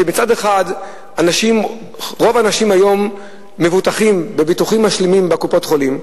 שמצד אחד רוב האנשים היום מבוטחים בביטוחים משלימים בקופות-החולים,